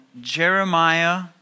Jeremiah